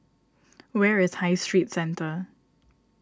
where is High Street Centre